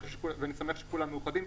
ואני שמח שכולם מאוחדים.